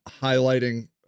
highlighting